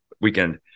weekend